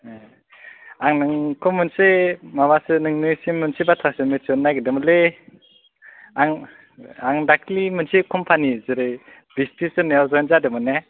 ए आं नोंखौ मोनसे माबासो नोंनिसिम मोनसे बाथ्रासो मिथि होहरनो नागिरदोंमोनलै आं आं दाख्लि मोनसे कम्पानी जेरै बिसतिस होननायाव जयेन जादोंमोन ने